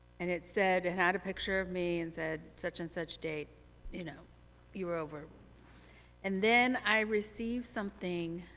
and it said, it had a picture of me and said such and such date you know you were over and then i received something